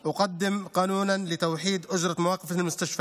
אני מציג את חוק איחוד תשלומי חניה של כלי רכב בחניוני בתי החולים,